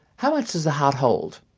how much does the heart hold?